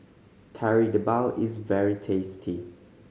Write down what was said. Kari Debal is very tasty